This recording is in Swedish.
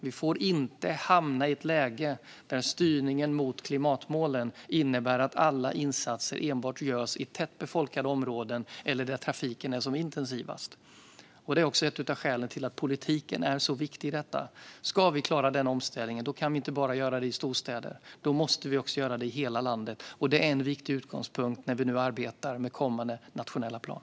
Vi får inte hamna i ett läge där styrningen mot klimatmålen innebär att alla insatser görs enbart i tätbefolkade områden eller där trafiken är som mest intensiv. Det är ett av skälen till att politiken är så viktig i detta. Om vi ska klara den omställningen kan vi inte göra det bara i storstäder. Vi måste göra det i hela landet. Det är en viktig utgångspunkt när vi nu arbetar med kommande nationell plan.